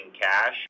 cash